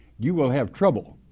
you will have trouble.